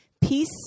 Peace